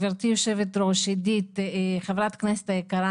גברתי יושבת הראש עידית חברת הכנסת היקרה